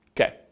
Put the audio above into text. Okay